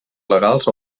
legals